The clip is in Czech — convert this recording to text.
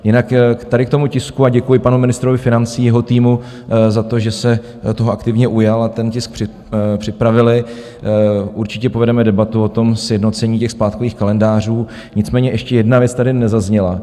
Jinak tady k tomu tisku a děkuji panu ministrovi financí, jeho týmu, za to, že se toho aktivně ujali a ten tisk připravili určitě povedeme debatu o sjednocení těch splátkových kalendářů, nicméně ještě jedna věc tady nezazněla.